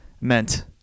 meant